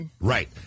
Right